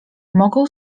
mogą